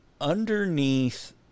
underneath